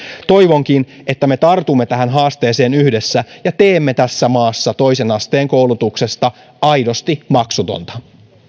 toivonkin että me tartumme tähän haasteeseen yhdessä ja teemme tässä maassa toisen asteen koulutuksesta aidosti maksutonta